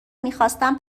میخواستم